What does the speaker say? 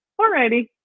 Alrighty